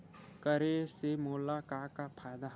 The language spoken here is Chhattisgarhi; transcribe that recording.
करे से मोला का का फ़ायदा हवय?